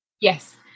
Yes